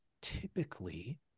typically